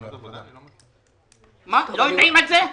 אתם לא יודעים על זה?